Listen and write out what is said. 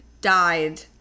died